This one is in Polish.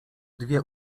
dwie